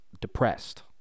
depressed